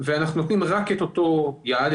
ואנחנו נותנים רק את אותו יעד,